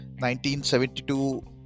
1972